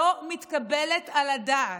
לא מתקבלת על הדעת.